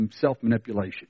self-manipulation